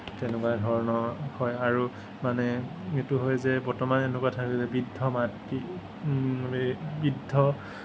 তেনেকুৱা ধৰণৰ হয় আৰু মানে এইটো হয় যে বৰ্তমান এনেকুৱা থাকে যে বৃদ্ধ মাতৃ বৃদ্ধ